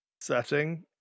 setting